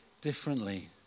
differently